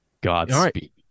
Godspeed